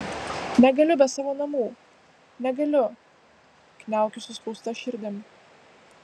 negaliu be savo namų negaliu kniaukiu suspausta širdim